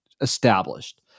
established